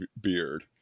beard